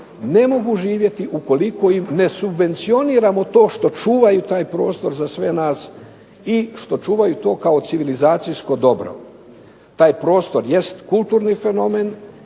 ne mogu živjeti ukoliko im ne subvencioniramo to što čuvaju taj prostor za sve nas i što čuvaju to kao civilizacijsko dobro. Taj prostor jest kulturni fenomen